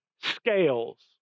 scales